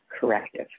corrective